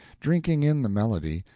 drinking in the melody,